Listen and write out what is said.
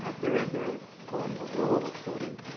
ah during their colonial rule of forty